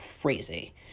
crazy